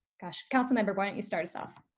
gosh, council member, why don't you start us off?